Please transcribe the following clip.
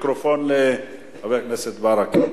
מיקרופון לחבר הכנסת ברכה.